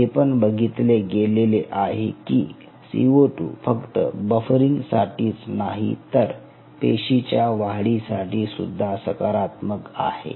हे पण बघितले गेलेले आहे की सीओ2 फक्त बफरिंग साठीच नाही तर पेशींच्या वाढीसाठी सुद्धा सकारात्मक आहे